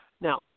Now